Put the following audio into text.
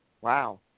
Wow